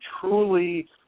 truly